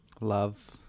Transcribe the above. Love